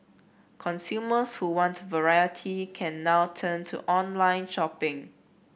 consumers who want variety can now turn to online shopping